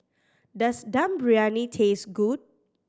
does Dum Briyani taste good